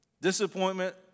Disappointment